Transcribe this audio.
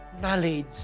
knowledge